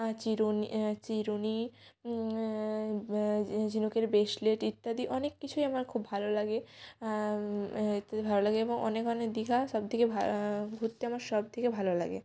আ চিরুনি চিরুনি ঝিনুকের ব্রেসলেট ইত্যাদি অনেক কিছুই আমার খুব ভালো লাগে ইত্যাদি ভালো লাগে এবং অনেক অনেক দীঘা সবথেকে ভা ঘুরতে আমার সবথেকে ভালো লাগে